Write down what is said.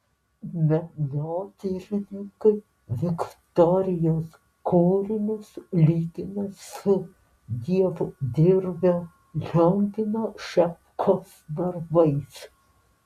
menotyrininkai viktorijos kūrinius lygina su dievdirbio liongino šepkos darbais